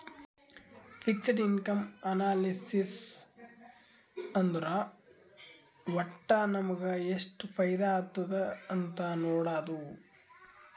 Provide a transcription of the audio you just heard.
fixed income analysis ಅಂದುರ್ ವಟ್ಟ್ ನಮುಗ ಎಷ್ಟ ಫೈದಾ ಆತ್ತುದ್ ಅಂತ್ ನೊಡಾದು